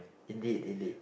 indeed indeed